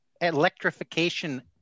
electrification